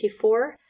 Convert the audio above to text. T4